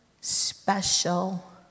special